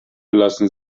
lassen